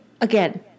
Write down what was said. again